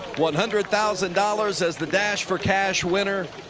one hundred thousand dollars as the dash for cash winner,